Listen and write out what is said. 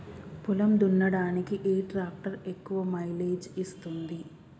పొలం దున్నడానికి ఏ ట్రాక్టర్ ఎక్కువ మైలేజ్ ఇస్తుంది?